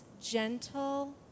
gentle